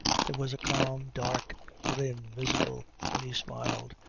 there was a calm, dark grin visible when he smiled,